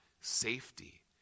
safety